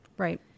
Right